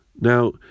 Now